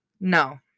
No